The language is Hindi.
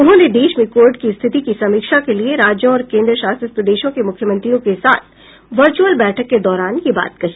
उन्होंने देश में कोविड की स्थिति की समीक्षा के लिए राज्यों और केंद्र शासित प्रदेशों के मुख्यमंत्रियों के साथ वर्चुअल बैठक के दौरान यह बात कही